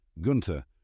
Gunther